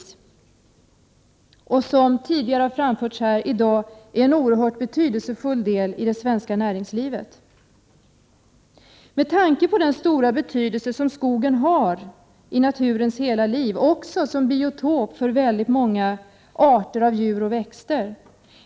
Som tidigare har framförts här i dag är skogsbruket en oerhört betydelsefull del i det svenska näringslivet med tanke på den stora betydelse som skogen har i naturens hela liv, också som biotop för väldigt många arter av djur och växter.